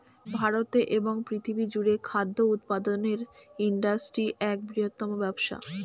ভারতে এবং পৃথিবী জুড়ে খাদ্য উৎপাদনের ইন্ডাস্ট্রি এক বৃহত্তম ব্যবসা